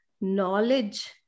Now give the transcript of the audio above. knowledge